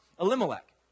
Elimelech